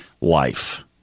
life